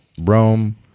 Rome